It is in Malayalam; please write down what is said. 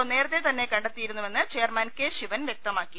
ഒ നേരത്തെ തന്നെ കണ്ടെത്തിയിരുന്നുവെന്ന് ചെയർമാൻ കെ ശിവൻ വ്യക്തമാക്കി